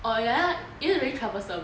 oh ya is it really troublesome